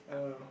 I don't know